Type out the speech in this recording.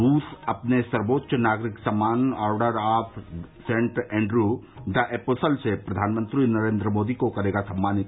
रूस अपने सर्वोच्च नागरिक सम्मान order of Saint Andrew the Apostle से प्रधानमंत्री नरेन्द्र मोदी को करेगा सम्मानित